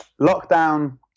lockdown